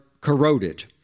corroded